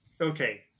Okay